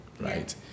right